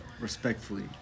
Respectfully